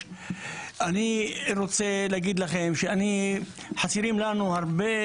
נותנים לכם תשובות,